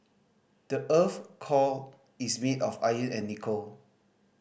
the earth's core is made of iron and nickel